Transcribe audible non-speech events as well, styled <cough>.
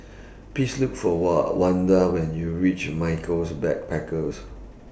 Please Look For <hesitation> Wanda when YOU REACH Michaels Backpackers